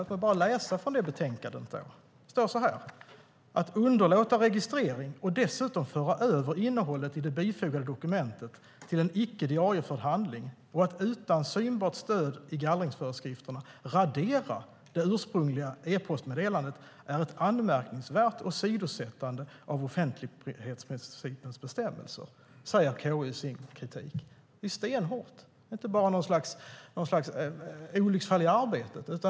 Låt mig läsa från betänkandet: "Att underlåta registrering och att dessutom föra över innehållet i det bifogade dokumentet till en icke diarieförd handling och att utan synbart stöd i gallringsföreskrifterna radera det ursprungliga e-postmeddelandet är ett anmärkningsvärt åsidosättande av offentlighetsprincipens bestämmelser." Det KU säger i sin kritik är stenhårt och att det inte bara handlar om något slags olycksfall i arbetet.